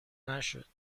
نشد